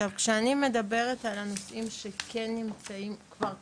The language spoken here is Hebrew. כשאני מדברת על הנושאים שכן נמצאים כבר קיימים,